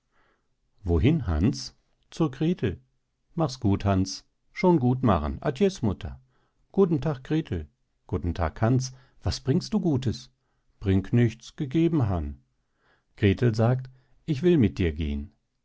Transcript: wohin hans zur grethel machs gut hans schon gut machen adies mutter guten tag grethel guten tag hans was bringst du gutes bring nichts gegeben han grethel sagt ich will mit dir gehen